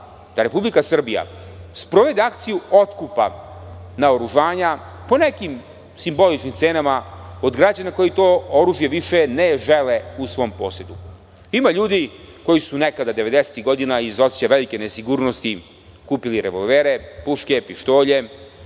da Republika Srbija sprovede akciju otkupa naoružanja po nekim simboličnim cenama kod građana koji to oružje više ne žele u svom posedu. Ima ljudi koji su devedesetih godina iz osećaja velike nesigurnosti kupili revolvere, puške i pištolje.